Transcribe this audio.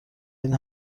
این